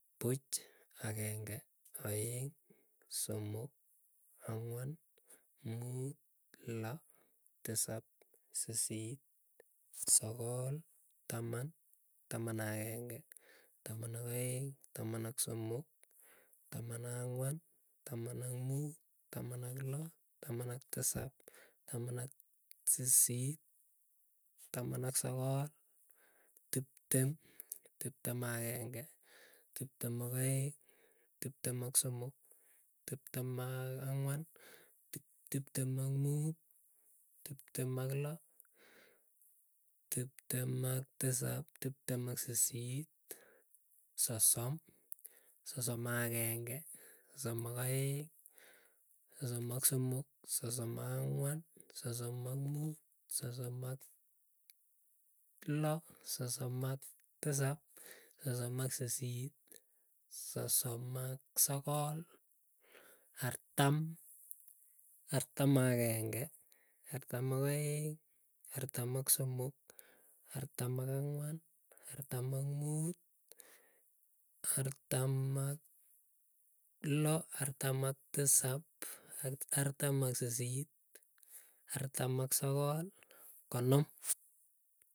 Puch, ageng'e, aeng, somok, angwan, muut, loo, tisap, sisit, sogol, taman, taman ak ageng'e, taman ak aeng, taman ak somok, taman ak anywan, taman ak muut, taman ak loo, taman ak tisap, taman ak sisit, taman ak sogol, tiptem, tiptem ak ageng'e, tiptem ak aeng, tiptem ak somok, tiptem ak ang'wan, tiptem ak muut, tiptem ak loo, tiptem ak tisap, tiptem ak sisit, sosom, sosom ak ageng'e, sosom ak aeng, sosom ak somok, sosom ak angwan, sosom ak muut, sosom ak loo, sosom ak tisap, sosom ak sisit, sosom ak sokol, artam. artam ak ageng'e artam ak aeng, artam ak somok, artam ak angwan, artam ak muut, artam ak loo, artam ak tisap, artam ak sisit, artam ak sokol, konom.